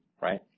right